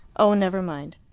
oh, never mind.